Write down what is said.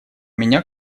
меня